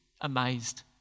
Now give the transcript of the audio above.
amazed